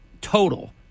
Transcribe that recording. total